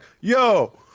yo